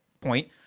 point